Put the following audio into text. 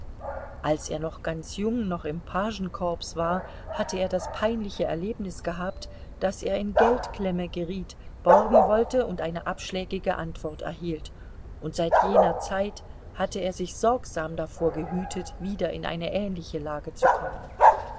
als er noch ganz jung noch im pagenkorps war hatte er das peinliche erlebnis gehabt daß er in geldklemme geriet borgen wollte und eine abschlägige antwort erhielt und seit jener zeit hatte er sich sorgsam davor gehütet wieder in eine ähnliche lage zu kommen